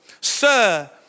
Sir